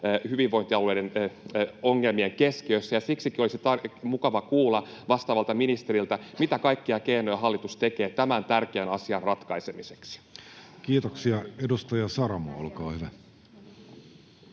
hyvinvointialueiden ongelmien keskiössä, ja siksikin olisi mukava kuulla vastaavalta ministeriltä, mitä kaikkia keinoja hallitus tekee tämän tärkeän asian ratkaisemiseksi. Kiitoksia. — Edustaja Saramo, olkaa hyvä.